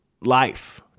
life